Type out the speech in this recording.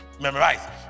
Memorize